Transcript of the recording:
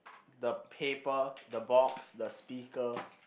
the paper the box the speaker